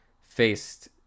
faced